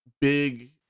big